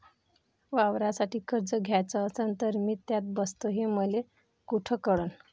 वावरासाठी कर्ज घ्याचं असन तर मी त्यात बसतो हे मले कुठ कळन?